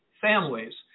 families